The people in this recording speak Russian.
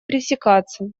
пресекаться